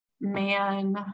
man